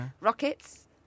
Rockets